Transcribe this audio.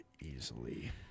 easily